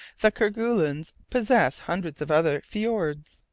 the kerguelens possess hundreds of other fjords.